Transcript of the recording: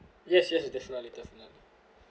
yes yes definitely definitely